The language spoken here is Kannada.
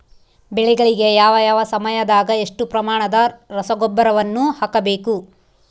ಬೆಳೆಗಳಿಗೆ ಯಾವ ಯಾವ ಸಮಯದಾಗ ಎಷ್ಟು ಪ್ರಮಾಣದ ರಸಗೊಬ್ಬರವನ್ನು ಹಾಕಬೇಕು?